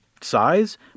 size